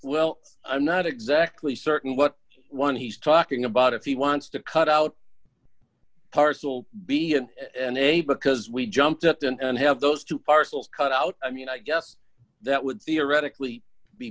well i'm not exactly certain what one he's talking about if he wants to cut out parcel b and a because we jumped up and have those two parcels cut out i mean i guess that would theoretically be